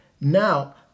Now